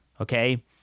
okay